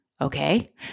Okay